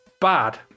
bad